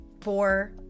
four